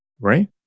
Right